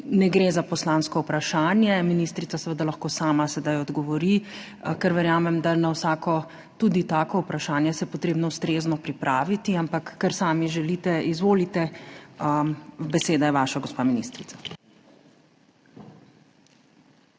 ne gre za poslansko vprašanje, ministrica seveda lahko sama sedaj odgovori, ker verjamem, da na vsako tudi tako vprašanje se je potrebno ustrezno pripraviti, ampak, kar sami želite. Izvolite, beseda je vaša gospa ministrica.